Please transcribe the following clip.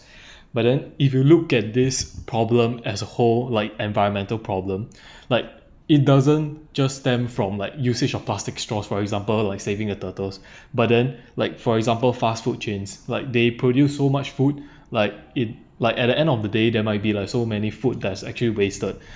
but then if you look at this problem as a whole like environmental problem like it doesn't just stem from like usage of plastic straws for example like saving the turtles but then like for example fast food chains like they produced so much food like it like at the end of the day there might be like so many food that's actually wasted